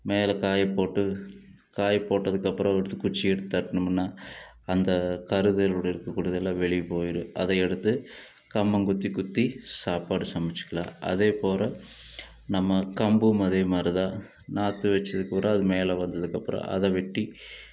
மேல காயப்போட்டு காய போட்டதுக்கப்புறம் அதை எடுத்து குச்சி எடுத்து தட்டினோம்ன்னா அந்த கருதுகளோடய இருக்கக்கூடியதெல்லாம் வெளியே போயிடும் அதை அடுத்து கம்மங்குத்தி குத்தி சாப்பாடு சமைச்சிக்கலாம் அதேப்போல நம்ம கம்பும் அதேமாதிரி தான் நாற்று வச்சது பூராக அது மேல் வந்ததுக்கப்புறம் அதை வெட்டி